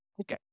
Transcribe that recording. Okay